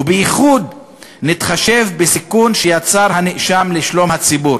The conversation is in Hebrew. ובייחוד נתחשב בסיכון שיצר הנאשם לשלום הציבור.